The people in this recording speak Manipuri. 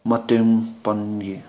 ꯃꯇꯦꯡ ꯄꯥꯡꯉꯤ